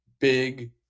big